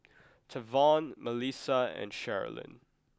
Tavon Melisa and Sherilyn